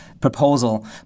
proposal